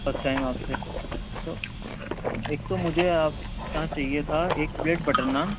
first time آپ سے تو ایک تو مجھے آپ کے یہاں سے چاہیے تھا ایک پلیٹ بٹر نان